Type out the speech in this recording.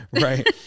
Right